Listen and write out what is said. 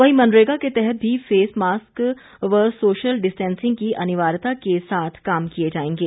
वहीं मनरेगा के तहत भी फेस मास्क व सोशल डिस्टेंसिंग की अनिवार्यता के साथ काम किए जाएंगे